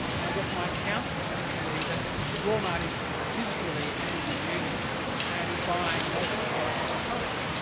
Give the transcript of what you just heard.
and i guess my counter to that would be that wal-mart is viscerally anti-union and is buying most of its products from china.